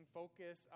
focus